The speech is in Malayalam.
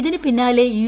ഇതിനു പിന്നാലെ യു